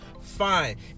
fine